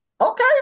okay